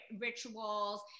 rituals